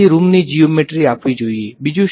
તેથી રૂમની જીઓમેટ્રી આપવી જોઈએ બીજું શું